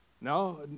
No